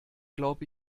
glaub